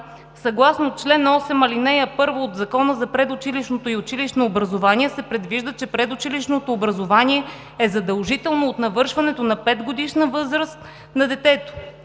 Съгласно чл. 8, ал. 1 от Закона за предучилищното и училищно образование се предвижда, че предучилищното образование е задължително от навършването на 5-годишна възраст на детето.